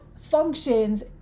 functions